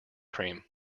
cream